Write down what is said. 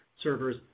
servers